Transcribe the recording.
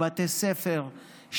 בתי ספר,